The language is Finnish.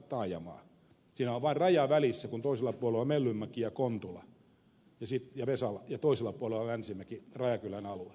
siinä on vain raja välissä kun toisella puolella on mellunmäki kontula ja vesala ja toisella puolella on länsimäki ja rajakylän alue